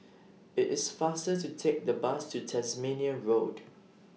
IT IS faster to Take The Bus to Tasmania Road